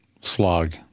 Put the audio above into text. slog